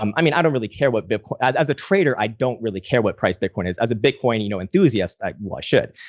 um i mean, i don't really care what bitcoin, as as a trader, i don't really care what price bitcoin is. as a bitcoin, you know, enthusiast i should.